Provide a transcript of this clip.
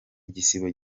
igisibo